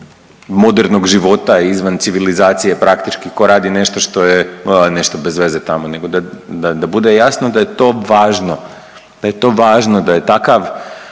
modernog života, izvan civilizacije praktički, tko radi nešto što je, nešto bezveze tamo, nego da bude jasno da je to važno, da je to važno da je takav